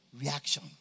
reaction